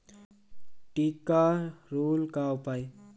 टिक्का रोग का उपाय?